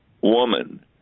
woman